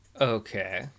Okay